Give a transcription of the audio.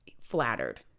flattered